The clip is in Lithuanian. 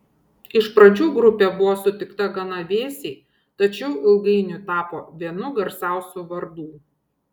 iš pradžių grupė buvo sutikta gana vėsiai tačiau ilgainiui tapo vienu garsiausių vardų